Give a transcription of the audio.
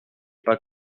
pas